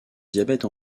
diabète